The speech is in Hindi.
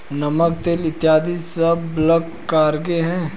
नमक, तेल इत्यादी सब बल्क कार्गो हैं